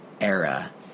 era